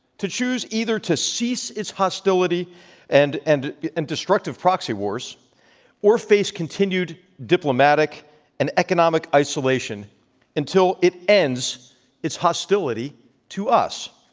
to choose either to cease its hostility and and and destructive proxy wars or face continued diplomatic and economic isolation until it ends its hostility to us.